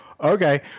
Okay